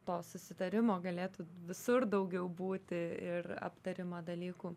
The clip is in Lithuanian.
to susitarimo galėtų visur daugiau būti ir aptariama dalykų